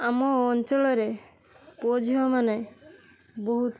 ଆମ ଅଞ୍ଚଳରେ ପୁଅ ଝିଅ ମାନେ ବହୁତ